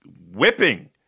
whipping